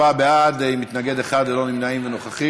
34 בעד, מתנגד אחד, ללא נמנעים ונוכחים.